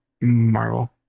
Marvel